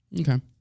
Okay